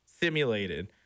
simulated